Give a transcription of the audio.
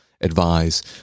advise